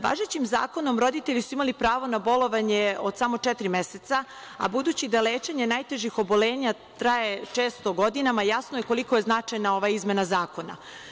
Važećim zakonom roditelji su imali pravo na bolovanje od samo četiri meseca, a budući da lečenje najtežih obolenja traje često godinama jasno je koliko je značajna ova izmena zakona.